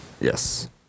Yes